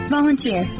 Volunteer